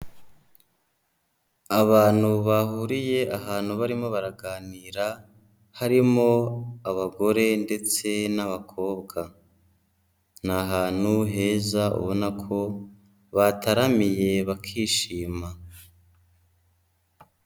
Abantu bahuriye ahantu barimo baraganira, harimo abagore ndetse n'abakobwa. Ni ahantu heza, ubona ko bataramiye bakishima.